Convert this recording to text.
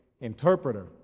interpreter